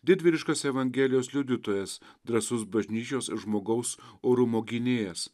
didvyriškas evangelijos liudytojas drąsus bažnyčios žmogaus orumo gynėjas